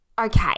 Okay